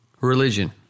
Religion